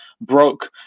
broke